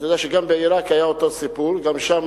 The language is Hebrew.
אתה יודע שגם בעירק היה אותו סיפור וגם שם